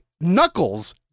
knuckles